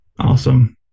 Awesome